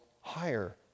higher